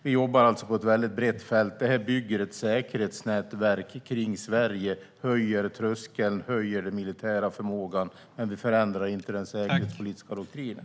Vi jobbar alltså på ett mycket brett fält. Detta bygger ett säkerhetsnätverk kring Sverige och höjer tröskeln och ökar den militära förmågan. Men vi förändrar inte den säkerhetspolitiska doktrinen.